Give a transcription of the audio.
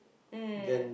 mm